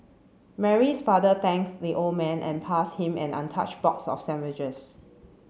Mary's father thanked the old man and passed him an untouched box of sandwiches